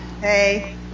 Hey